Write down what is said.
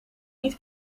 niet